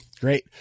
great